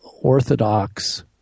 orthodox